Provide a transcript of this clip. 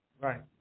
Right